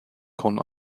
kong